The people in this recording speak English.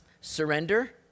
surrender